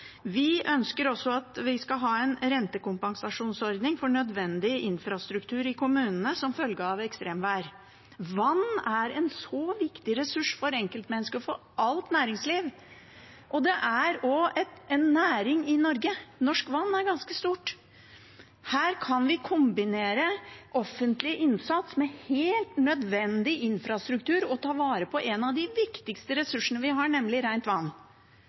Vi ønsker også at vi skal ha en rentekompensasjonsordning for nødvendig infrastruktur i kommunene som følge av ekstremvær. Vann er en så viktig ressurs for enkeltmennesket og for alt næringsliv. Det er også en næring i Norge. Norsk vann er ganske stort. Her kan vi kombinere offentlig innsats med helt nødvendig infrastruktur og ta vare på en av de viktigste ressursene vi har, nemlig rent vann.